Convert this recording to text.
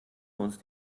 uns